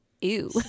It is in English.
Ew